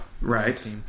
Right